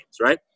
right